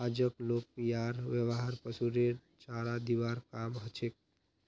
आजक लोग यार व्यवहार पशुरेर चारा दिबार काम हछेक